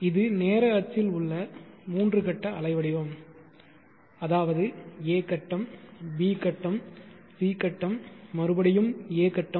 இது நேர அச்சில் உள்ள மூன்று கட்ட அலைவடிவம் அதாவது a கட்டம் b கட்டம் c கட்டம் மறுபடியும் a கட்டம்